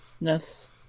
Yes